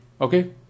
okay